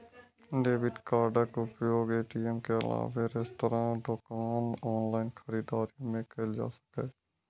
debit कार्डक उपयोग ATM के अलावे रेस्तरां, दोकान, ऑनलाइन खरीदारी मे कैल जा सकैए